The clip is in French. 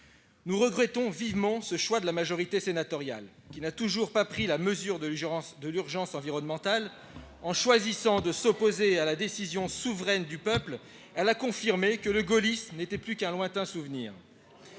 Nous regrettons vivement ce choix de la majorité sénatoriale, qui n'a toujours pas pris la mesure de l'urgence environnementale. En choisissant de s'opposer à la décision souveraine du peuple, elle a confirmé que le gaullisme n'était plus qu'un lointain souvenir.